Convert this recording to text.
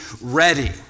ready